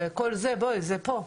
זה פה.